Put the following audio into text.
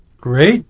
Great